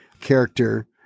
character